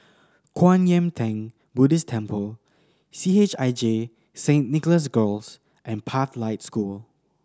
Kwan Yam Theng Buddhist Temple C H I J Saint Nicholas Girls and Pathlight School